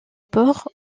port